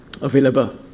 available